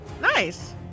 Nice